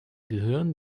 gehirn